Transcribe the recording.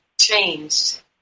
changed